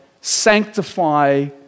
sanctify